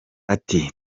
ati